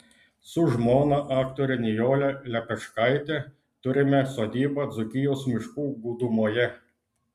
su žmona aktore nijole lepeškaite turime sodybą dzūkijos miškų gūdumoje